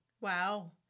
Wow